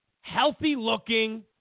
healthy-looking